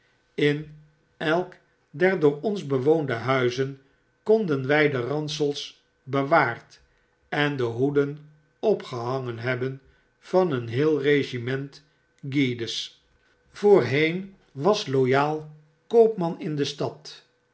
in elk der door ons bewoonde huizen konden wy de ransels bewaard en de hoeden opgehangen hebben van een geheel regiment guides voorheen was loyal koopman in de stad